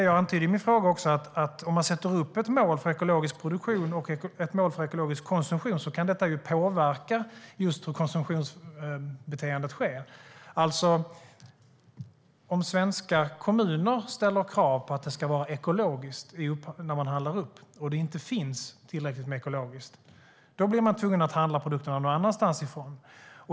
Jag antydde i min fråga att om ett mål sätts upp för ekologisk produktion och ett mål för ekologisk konsumtion kan detta påverka just konsumtionsbeteendet. Om svenska kommuner ställer krav på att det ska vara ekologiska produkter vid upphandling, och det inte finns tillräckligt med ekologiska produkter, blir man tvungen att handla produkterna från någon annanstans.